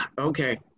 Okay